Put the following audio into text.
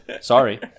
Sorry